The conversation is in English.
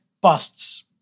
busts